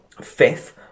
Fifth